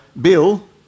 bill